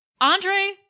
Andre